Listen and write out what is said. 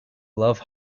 love